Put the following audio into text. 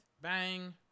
bang